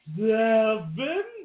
seven